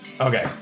Okay